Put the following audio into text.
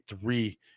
three